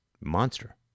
monster